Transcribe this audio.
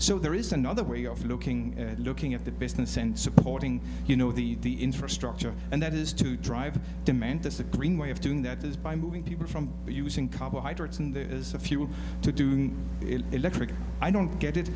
so there is another way of looking at looking at the business and supporting you know the the infrastructure and that is to drive demand that's the green way of doing that is by moving people from using carbohydrates and there's a fuel to doing it electric i don't get it